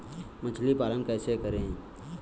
मछली पालन कैसे करें?